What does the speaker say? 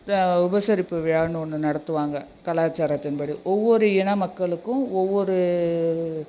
உபசரிப்பு விழான்னு ஒன்று நடத்துவாங்க கலாச்சாரத்தின் படி ஒவ்வொரு இன மக்களுக்கும் ஒவ்வொரு